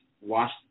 watch